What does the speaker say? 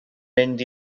mynd